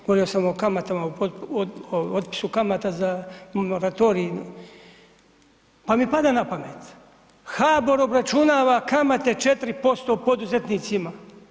Govorio sam o kamatama, o otpisu kamata za moratorij pa mi pada na pamet, HBOR obračunava kamate 4% poduzetnicima.